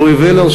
רועי וולר,